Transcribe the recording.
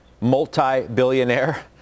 multi-billionaire